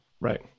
Right